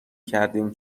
کردیم